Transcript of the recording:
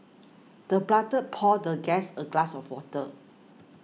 the butler poured the guest a glass of water